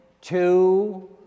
two